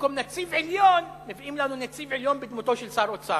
במקום נציב עליון מביאים לנו נציב עליון בדמותו של שר אוצר.